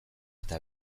eta